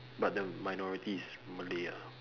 but the minority is malay ah